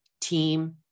team